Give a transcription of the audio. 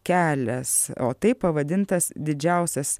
kelias o taip pavadintas didžiausias